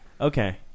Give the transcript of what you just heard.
Okay